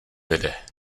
vede